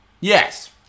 Yes